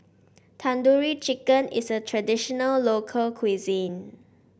Tandoori Chicken is a traditional local cuisine